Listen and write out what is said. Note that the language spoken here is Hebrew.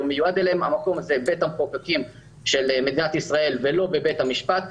בבית המחוקקים של מדינת ישראל ולא בבית המשפט.